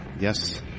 Yes